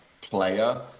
player